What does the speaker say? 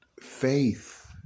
faith